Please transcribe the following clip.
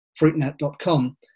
fruitnet.com